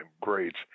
greats